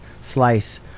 slice